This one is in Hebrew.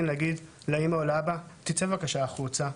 ולהגיד לאימא או לאבא תצא בבקשה החוצה,